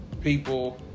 people